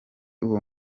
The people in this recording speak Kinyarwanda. uwo